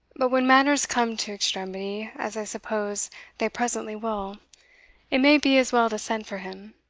but when matters come to extremity, as i suppose they presently will it may be as well to send for him.